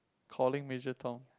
calling Major Tom